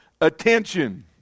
attention